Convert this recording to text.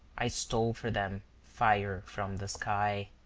i stole for them fire from the sky.